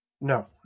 no